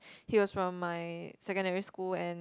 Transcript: he was from my secondary school and